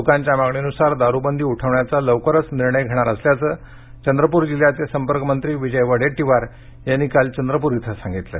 लोकांच्या मागणीनुसार दारूबंदी उठविण्याचा लवकरच निर्णय घेणार असल्याचे चंद्रपूर जिल्ह्याचे संपर्कमंत्री विजय वडेट्टीवार यांनी काल चंद्रपुर इथं सांगितलं